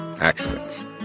accidents